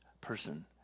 person